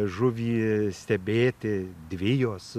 žuvį stebėti dvi jos